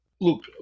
Look